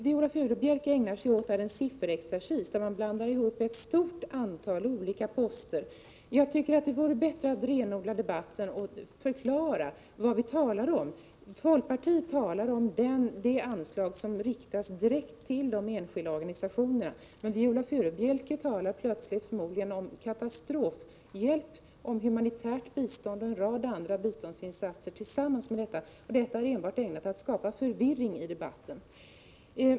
Viola Furubjelke ägnar sig åt en sifferexercis, där hon blandar ihop ett stort antal olika poster. Det vore bättre att renodla debatten och förklara vad vi talar om. Folkpartiet talar om det anslag som riktas direkt till de enskilda organisationerna, men Viola Furubjelke talar plötsligt om katastrofhjälp, humanitärt bistånd och en rad andra biståndsinsatser samtidigt. Detta är enbart ägnat att skapa förvirring i debatten.